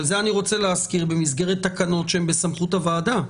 אבל אני רוצה להזכיר שזה במסגרת תקנות שהן בסמכות הוועדה.